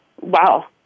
wow